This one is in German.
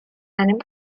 einem